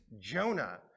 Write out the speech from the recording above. Jonah